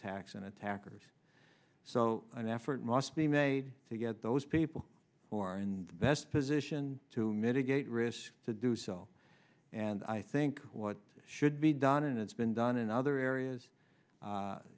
and attackers so an effort must be made to get those people who are in the best position to mitigate risk to do so and i think what should be done and it's been done in other areas